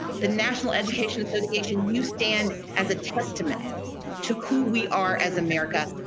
the national education association you stand as a testament to who we are as america,